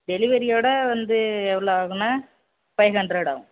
டெலிவரியோடு வந்து எவ்வளோ ஆகும்னா ஃபை ஹண்ட்ரெட் ஆகும்